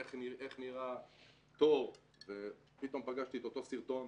איך נראה תור ופתאום פגשתי את אותו סרטון